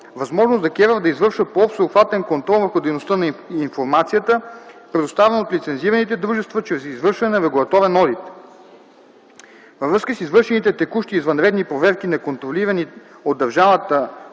Възможност ДКЕВР да извършва по-всеобхватен контрол върху дейността и информацията, предоставена от лицензираните дружества чрез извършване на регулаторен одит. Във връзка с извършените текущи и извънредни проверки на контролирани от Държавната